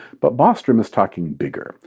but bostrom is talking bigger.